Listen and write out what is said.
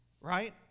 right